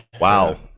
wow